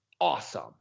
awesome